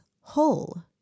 whole